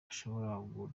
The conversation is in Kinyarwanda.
ashoboye